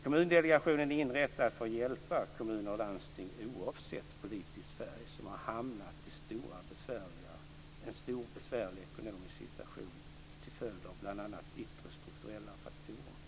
Kommundelegationen inrättades för att hjälpa kommuner och landsting, oavsett politisk färg, som har hamnat i en besvärlig ekonomisk situation till följd av bl.a. yttre strukturella faktorer.